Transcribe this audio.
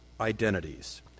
identities